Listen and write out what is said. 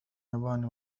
ياباني